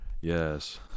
Yes